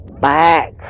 back